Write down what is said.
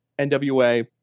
NWA